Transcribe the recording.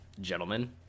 Gentlemen